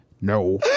No